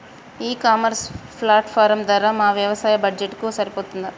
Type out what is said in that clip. ఈ e commerce platform ధర మా వ్యవసాయ బడ్జెట్ కు సరిపోతుందా?